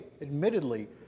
admittedly